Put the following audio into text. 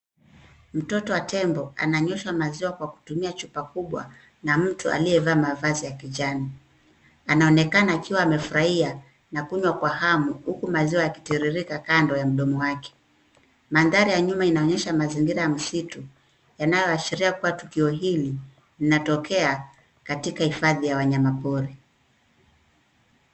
Mtoto wa tembo ananyeshwa maziwa kwa kutumia chupa kubwa na mtu aliyevaa mavazi ya kijani. Anaonekana akiwa amefurahia na kunywa kwa hamu huku maziwa yakitiririka kando ya mdomo wake. Mandhari ya nyuma inaonyesha mazingira ya msitu yanayoashiria kuwa tukio hili linatokea katika hifadhi ya wanyamapori.